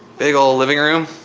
big ol' living room,